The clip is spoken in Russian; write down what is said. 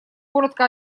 коротко